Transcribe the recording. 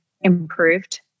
improved